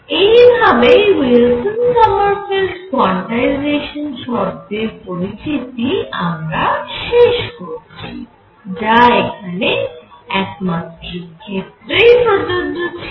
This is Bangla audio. এইভাবেই উইলসন সমারফেল্ড কোয়ান্টাইজেশন শর্তের পরিচিতি আমরা শেষ করছি যা এখানে একমাত্রিক ক্ষেত্রেই প্রযোজ্য ছিল